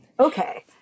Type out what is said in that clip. Okay